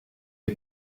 the